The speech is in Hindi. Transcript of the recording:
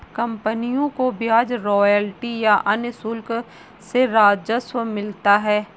कंपनियों को ब्याज, रॉयल्टी या अन्य शुल्क से राजस्व मिलता है